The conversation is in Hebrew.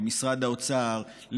למשרד האוצר,